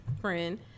friend